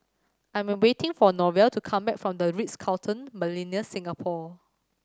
I'm waiting for Norval to come back from The Ritz Carlton Millenia Singapore